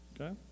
Okay